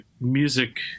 music